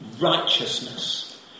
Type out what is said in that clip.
righteousness